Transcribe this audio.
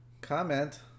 comment